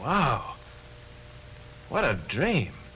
wow what a dream